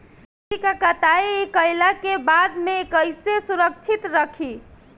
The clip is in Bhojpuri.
सब्जी क कटाई कईला के बाद में कईसे सुरक्षित रखीं?